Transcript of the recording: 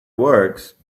works